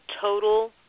total